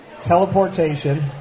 Teleportation